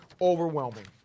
overwhelming